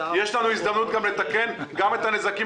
יש לנו הזדמנות לתקן גם את הנזקים